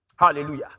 Hallelujah